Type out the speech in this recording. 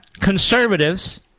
conservatives